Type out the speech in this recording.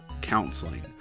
counseling